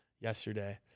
yesterday